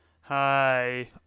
Hi